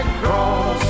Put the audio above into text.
cross